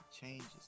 changes